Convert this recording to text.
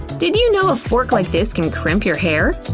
did you know a fork like this can crimp your hair?